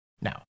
Now